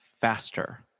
faster